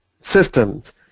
systems